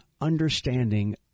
understanding